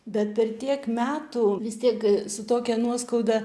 bet per tiek metų vis tiek su tokia nuoskauda